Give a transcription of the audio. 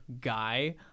guy